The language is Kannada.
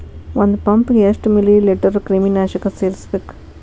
ಒಂದ್ ಪಂಪ್ ಗೆ ಎಷ್ಟ್ ಮಿಲಿ ಲೇಟರ್ ಕ್ರಿಮಿ ನಾಶಕ ಸೇರಸ್ಬೇಕ್?